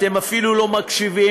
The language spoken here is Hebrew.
אתם אפילו לא מקשיבים,